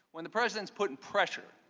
when the president is putting pressure